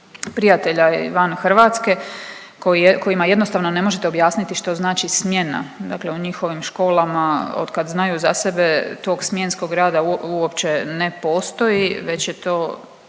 prijatelja i van Hrvatske kojima jednostavno ne možete objasniti što znači smjena, dakle u njihovim školama od kad znaju za sebe tog smjenskog rada uopće ne postoji već je to